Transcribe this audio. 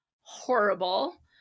horrible